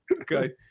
okay